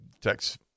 text